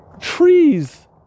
Trees